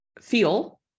feel